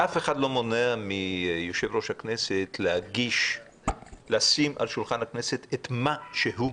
אף אחד לא מונע מיושב-ראש הכנסת לשים על שולחן הכנסת את מה שהוא רוצה.